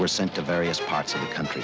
were sent to various parts of the country